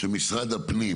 כשמשרד הפנים,